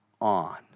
on